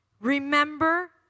Remember